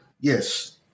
Yes